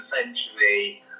essentially